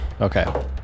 Okay